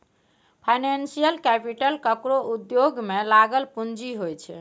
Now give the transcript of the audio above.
financial capital केकरो उद्योग में लागल पूँजी होइ छै